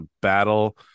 battle